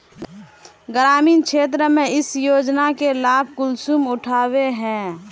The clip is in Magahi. ग्रामीण क्षेत्र में इस योजना के लाभ कुंसम उठावे है?